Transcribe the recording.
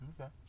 Okay